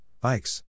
Bikes